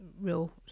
real